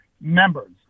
members